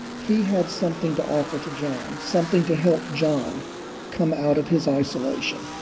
he had something to offer to john, something to help john come out of his isolation.